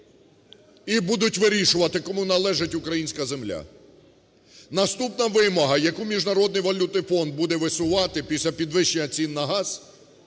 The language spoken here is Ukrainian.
і будуть вирішувати, кому належить українська земля. Наступна вимога, яку Міжнародний валютний фонд буде висувати після підвищення цін на газ,